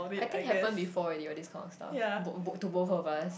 I think happen before already what these kind of stuff both both to both of us